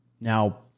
now